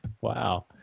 wow